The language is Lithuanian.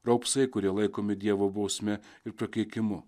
raupsai kurie laikomi dievo bausme ir prakeikimu